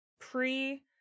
Pre